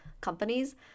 companies